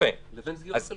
לאיזה חוות-דעת